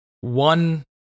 one